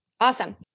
Awesome